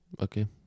Okay